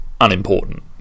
unimportant